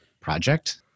project